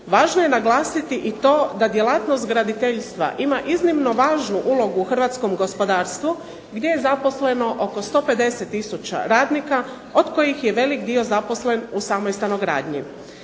Važno je naglasiti i to da djelatnost graditeljstva ima iznimno važnu ulogu u hrvatskom gospodarstvu gdje je zaposleno oko 150000 radnika od kojih je velik dio zaposlen u samoj stanogradnji.